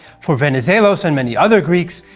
for venizelos and many other greeks,